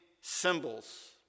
symbols